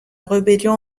rébellion